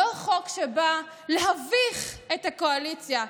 לא חוק שבא להביך את הקואליציה,